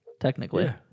technically